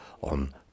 on